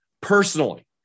personally